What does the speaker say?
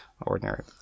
Ordinary